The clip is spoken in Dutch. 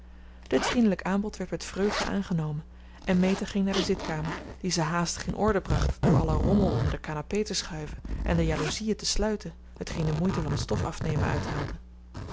dit vriendelijk aanbod werd met vreugde aangenomen en meta ging naar de zitkamer die ze haastig in orde bracht door allen rommel onder de canapé te schuiven en de jalouzieën te sluiten hetgeen de moeite van t stof afnemen